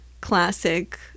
classic